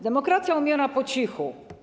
Demokracja umiera po cichu.